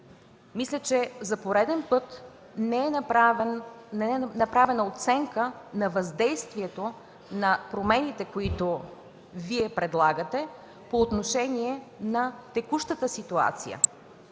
Мисля, че за пореден път не е направена оценка на въздействието на промените, които Вие предлагате, по отношение на текущата ситуация.